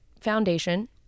Foundation